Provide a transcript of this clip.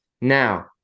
now